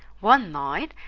one night,